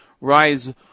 rise